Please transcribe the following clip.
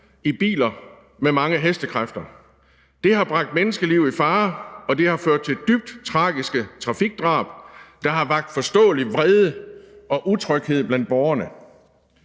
i biler med mange hestekræfter. Det har bragt menneskeliv i fare, og det har ført til dybt tragiske trafikdrab, der har vakt forståelig vrede og utryghed blandt borgerne.